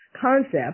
concept